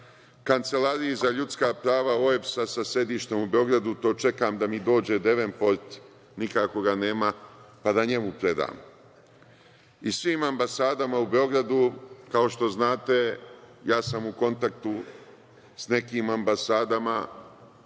Kancelariji za ljudska prava OEBS-a sa sedištem u Beogradu, to čekam da mi dođe Devenport, nikako ga nema, pa da njemu predam. I svim ambasadama u Beogradu, kao što znate, ja sam u kontaktu sa nekim ambasadama